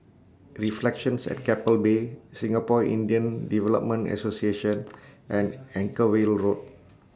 Reflections At Keppel Bay Singapore Indian Development Association and Anchorvale Road